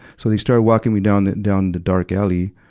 so they started walking me down the, down the dark alley.